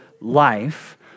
life